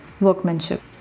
workmanship